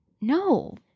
No